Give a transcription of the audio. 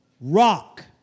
rock